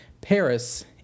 Paris